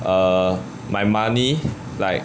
err my money like